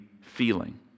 feeling